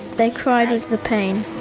they cry with the pain.